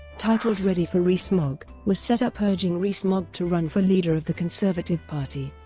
titled ready for rees-mogg, was set up urging rees-mogg to run for leader of the conservative party.